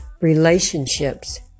relationships